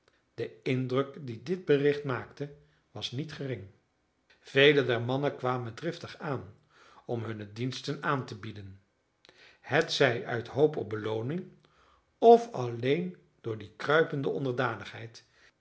de indruk die dit bericht maakte was niet gering velen der mannen kwamen driftig aan om hunne diensten aan te bieden hetzij uit hoop op belooning of alleen door die kruipende onderdanigheid